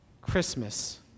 Christmas